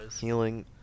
healing